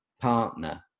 partner